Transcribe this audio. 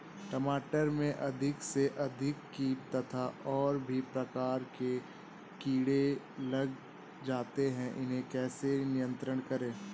टमाटर में अधिक से अधिक कीट तथा और भी प्रकार के कीड़े लग जाते हैं इन्हें कैसे नियंत्रण करें?